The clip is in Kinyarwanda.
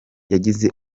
yagize